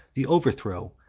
the overthrow,